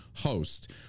host